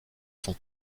sont